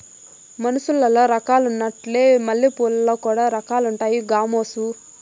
మనుసులల్ల రకాలున్నట్లే మల్లెపూలల్ల కూడా రకాలుండాయి గామోసు